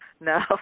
No